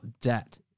debt